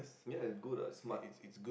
ya it's good ah smart